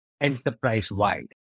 enterprise-wide